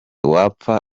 wapfa